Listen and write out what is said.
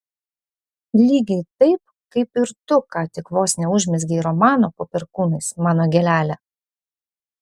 lygiai taip kaip ir tu ką tik vos neužmezgei romano po perkūnais mano gėlele